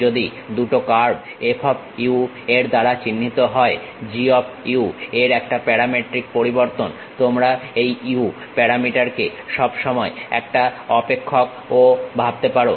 যদি দুটো curve F of u এর দ্বারা চিহ্নিত হয় G অফ u এর একটা প্যারামেট্রিক পরিবর্তন তোমরা এই u প্যারামিটারটাকে সময়ের একটা অপেক্ষক ও ভাবতে পারো